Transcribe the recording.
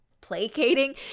placating